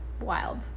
wild